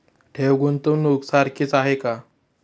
ठेव, गुंतवणूक सारखीच आहे का?